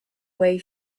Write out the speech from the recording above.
way